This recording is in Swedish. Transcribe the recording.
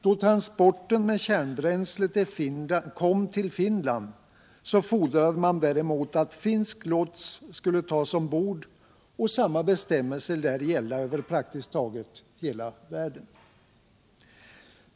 Då transporten med kärnbränsle kom till Finland fordrade man däremot att finsk lots skulle tas ombord, och samma bestämmelser lär gälla över praktiskt taget hela världen.